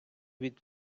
від